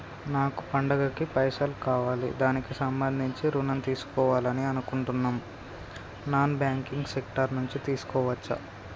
నాకు పండగ కి పైసలు కావాలి దానికి సంబంధించి ఋణం తీసుకోవాలని అనుకుంటున్నం నాన్ బ్యాంకింగ్ సెక్టార్ నుంచి తీసుకోవచ్చా?